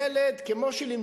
המסר שהם